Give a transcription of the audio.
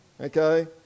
Okay